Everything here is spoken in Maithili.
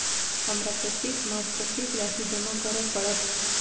हमरा प्रत्येक मास कत्तेक राशि जमा करऽ पड़त?